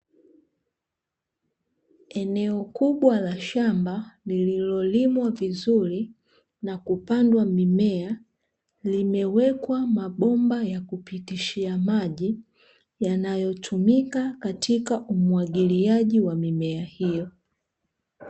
Eneo kubwa la shamba lililolimwa vizuri na kupandwa mimea limewekwa mabomba ya kuptitishia maji, yanayotumika katika umwagiliaji wa mimea hiyo.